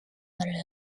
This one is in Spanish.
para